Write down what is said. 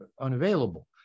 unavailable